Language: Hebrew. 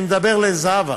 אני מדבר לזהבה,